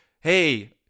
hey